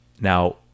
Now